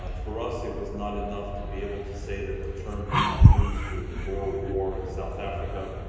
ah for us it was not enough to be able to say that the term had been used during the boer war in south africa.